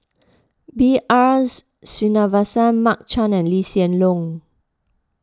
B R Sreenivasan Mark Chan and Lee Hsien Loong